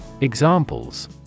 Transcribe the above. Examples